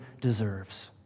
deserves